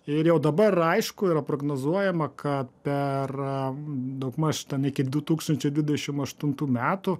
ir jau dabar aišku yra prognozuojama kad per daugmaž ten iki du tūkstančiai dvidešim aštuntų metų